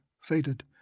faded